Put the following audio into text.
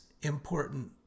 important